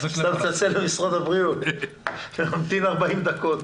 אתה מתקשר למשרד הבריאות וממתין 40 דקות.